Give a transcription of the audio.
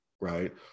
right